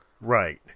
Right